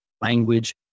language